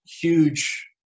huge